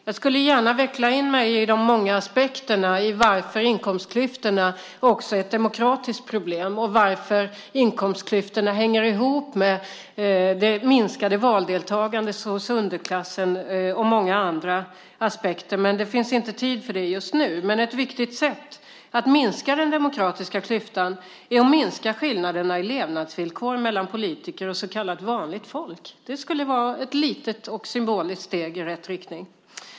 Jag skulle gärna veckla in mig i de många aspekterna på varför inkomstklyftorna också är ett demokratiskt problem, varför inkomstklyftorna hänger ihop med det minskade valdeltagandet hos underklassen och många andra aspekter, men det finns inte tid för det just nu. Men ett viktigt sätt att minska den demokratiska klyftan är att minska skillnaderna i levnadsvillkor mellan politiker och så kallat vanligt folk. Det skulle vara ett litet och symboliskt steg i rätt riktning.